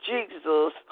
Jesus